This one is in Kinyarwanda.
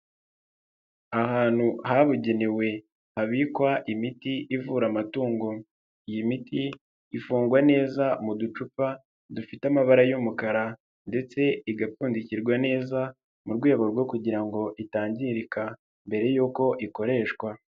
Ahantu habugenewe habikwa imiti ivura amatungo, iyi miti ifungwa neza mu ducupa dufite amabara y'umukara ndetse igapfundikirwa neza mu rwego rwo kugira ngo itangirika mbere yuko ikoreshwa.